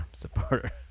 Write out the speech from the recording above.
Supporter